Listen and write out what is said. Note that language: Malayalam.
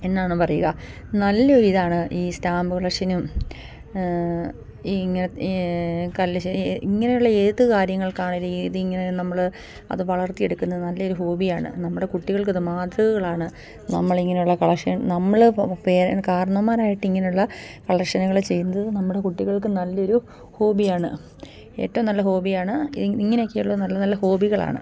എന്നാണ് പറയുക നല്ല ഒരിതാണ് ഈ സ്റ്റാമ്പ് കളക്ഷനും ഇങ്ങനെ കല്ല് ശേ ഇങ്ങനെയുള്ള ഏതു കാര്യങ്ങൾക്കാണെങ്കിലും ഈ ഇതിങ്ങനെ നമ്മൾ അത് വളർത്തിയെടുക്കുന്നത് നല്ലെയൊരു ഹോബിയാണ് നമ്മുടെ കുട്ടികൾക്കിത് മാതൃകകളാണ് നമ്മളിങ്ങനെയുള്ള കളക്ഷൻ നമ്മൾ പേരന് കാര്ണവന്മാരായിട്ട് ഇങ്ങനെയുള്ള കളക്ഷനുകൾ ചെയ്യുന്നത് നമ്മുടെ കുട്ടികൾക്ക് നല്ലൊരു ഹോബിയാണ് ഏറ്റവും നല്ല ഹോബിയാണ് ഇത് ഇങ്ങനെയൊക്കെ ഉള്ള നല്ല നല്ല ഹോബികളാണ്